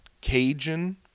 Cajun